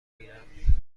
میرم